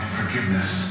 forgiveness